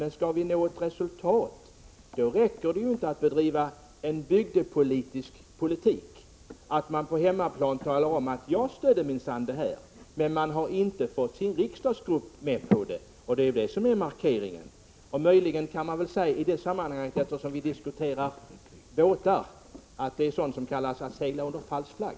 Men om man skall nå resultat räcker det inte att bedriva bygdepolitik. Man kan inte bara på hemmaplan tala om att man minsann stödde frågan men inte har fått sin riksdagsgrupp med sig. Det är den markeringen som jag vill göra. Kanske kan man i detta sammanhang, där vi ju diskuterar båtar, säga att detta brukar kallas att segla under falsk flagg.